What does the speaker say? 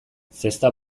zesta